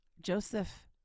Joseph